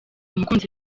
umukunzi